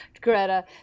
Greta